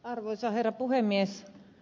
arvoisa herra puhemies